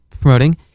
promoting